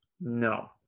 No